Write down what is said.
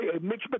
Mitch